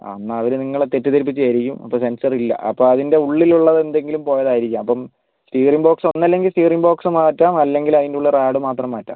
എന്ന അതിൽ നിങ്ങളെ തെറ്റി ധരിപ്പിച്ചതായിരിക്കും അപ്പോൾ സെൻസറില്ല അപ്പോൾ അതിൻ്റെ ഉള്ളിലൊള്ളതെന്തെങ്കിലും പോയതായിരിക്കാം അപ്പം സ്റ്റിയറിങ് ബോക്സ് ഒന്നല്ലെങ്കിൽ സ്റ്റീയറിങ് ബോക്സ് മാറ്റാം അല്ലെങ്കിൽ അതിന്റുള്ളിൽ റാഡ് മാത്രം മാറ്റാം